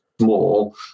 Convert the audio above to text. small